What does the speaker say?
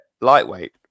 lightweight